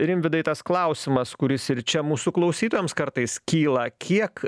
rimvydai tas klausimas kuris ir čia mūsų klausytojams kartais kyla kiek